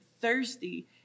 thirsty